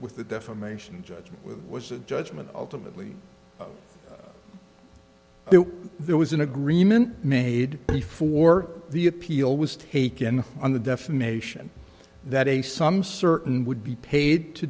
with the defamation judge was a judgment ultimately but there was an agreement made before the appeal was taken on the defamation that a sum certain would be paid to